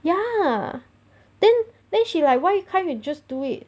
ya then then she like why why you can't just do it